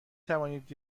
توانید